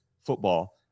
football